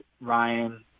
Ryan